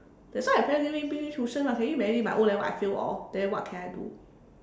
that's why my parents give me bring me tuition lah can you imagine my O-level I fail all then what can I do